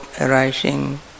arising